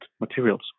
materials